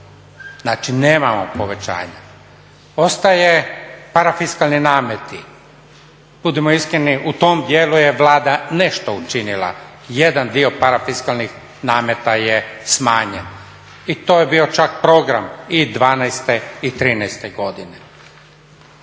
znači nemamo povećanja. Ostaje parafiskalni nameti, budimo iskreni u tom dijelu je Vlada nešto učinila, jedan dio parafiskalnih nameta je smanjen i to je bio čak program i 2012.i 2013.godine.